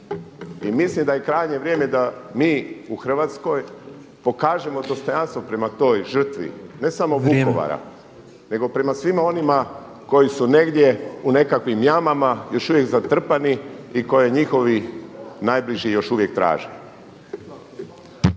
I mislim da je krajnje vrijeme da mi u Hrvatskoj pokažemo dostojanstvo prema toj žrtvine samo Vukovara nego prema svima onima koji su negdje u nekakvim jamama, još uvijek zatrpani i koje njihovi najbliži još uvijek traže.